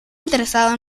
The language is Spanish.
interesado